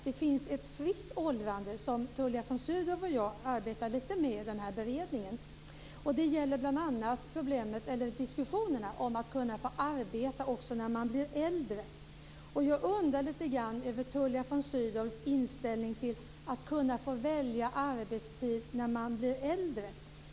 Det finns ett friskt åldrande som Tullia von Sydow och jag arbetar lite med i beredningen. Det gäller bl.a. diskussionerna om att kunna få arbeta också när man blir äldre. Jag undrar lite grann över Tullia von Sydows inställning till att kunna få välja arbetstid när man blir äldre.